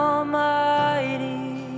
Almighty